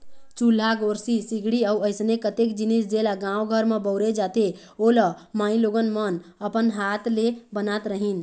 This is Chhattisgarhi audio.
चूल्हा, गोरसी, सिगड़ी अउ अइसने कतेक जिनिस जेला गाँव घर म बउरे जाथे ओ ल माईलोगन मन अपन हात ले बनात रहिन